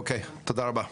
אוקיי, תודה רבה.